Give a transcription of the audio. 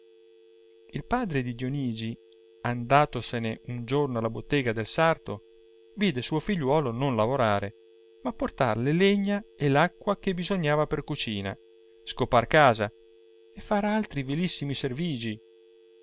il padre di dionigi andatosene un giorno alla bottega del sarto vidde suo iìgliuolo non lavorare ma portar le legna e l'acqua che bisognava per cucina scopar la casa e far altri vilissimi servigi